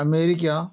America